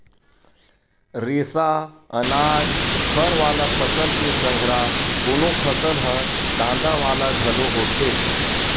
रेसा, अनाज, फर वाला फसल के संघरा कोनो फसल ह कांदा वाला घलो होथे